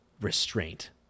restraint